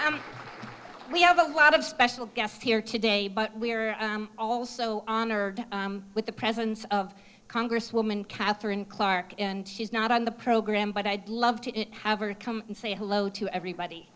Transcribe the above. and we have a lot of special guests here today but we're also honor with the presence of congresswoman katherine clarke and she's not on the program but i'd love to have her come and say hello to everybody